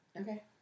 Okay